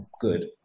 good